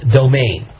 domain